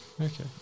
okay